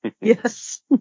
Yes